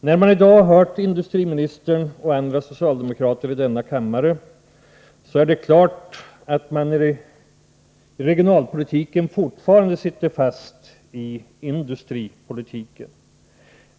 När jag i dag hört industriministern och andra socialdemokrater i denna kammare har jag fått klart för mig att man i regionalpolitiken fortfarande ”sitter fast” i industripolitiken.